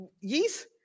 yeast